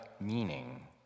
meaning